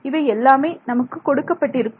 இவை எல்லாமே நமக்கு கொடுக்கப்பட்டிருக்கும்